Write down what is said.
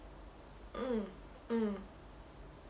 mm mm